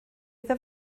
iddo